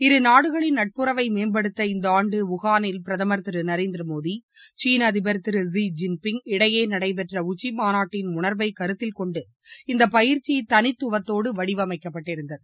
இருநாடுகளின் நட்புறவை மேம்படுத்த இந்தஆண்டு வூஹானில் பிரதமர் திருநரேந்திரமோடிசீனஅதிபர் திரு ஜி ஜின்பிங் இடையேநடைபெற்றஉச்சிமாநாட்டின் உணா்வைகருத்தில்கொண்டு இந்தபயிற்சிதனித்துவத்தோடுவடிவமைக்கப்பட்டிருந்தது